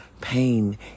pain